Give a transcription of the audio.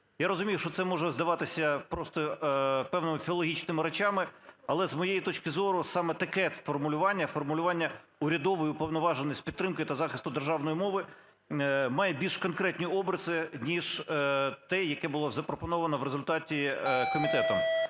Я розумію, що це може здаватися просто певними філологічними речами, але, з моєї точки зору, саме таке формулювання - формулювання "Урядовий уповноважений з підтримки та захисту державної мови" - має більш конкретні обриси, ніж те, яке було запропоновано в результаті комітетом.